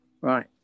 Right